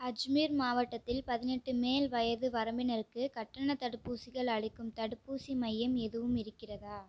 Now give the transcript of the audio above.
அஜ்மீர் மாவட்டத்தில் பதினெட்டு மேல் வயது வரம்பினருக்கு கட்டணத் தடுப்பூசிகள் அளிக்கும் தடுப்பூசி மையம் எதுவும் இருக்கிறதா